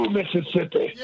Mississippi